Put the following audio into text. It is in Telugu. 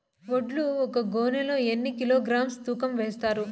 వడ్లు ఒక గోనె లో ఎన్ని కిలోగ్రామ్స్ తూకం వేస్తారు?